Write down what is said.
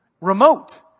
remote